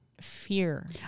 fear